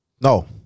No